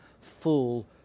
full